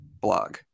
blog